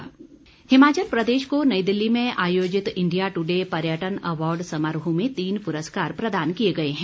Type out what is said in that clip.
पुरस्कार हिमाचल प्रदेश को नई दिल्ली में आयोजित इंडिया टूडे पर्यटन अवार्ड समारोह में तीन पुरस्कार प्रदान किए गए हैं